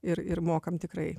ir ir mokam tikrai